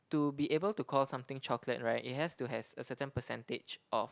to be able to call something chocolate right it has to has a certain percentage of